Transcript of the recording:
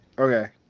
Okay